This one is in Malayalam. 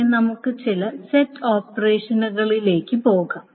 പിന്നെ നമുക്ക് ചില സെറ്റ് ഓപ്പറേഷനുകളിലേക്ക് പോകാം